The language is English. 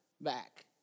back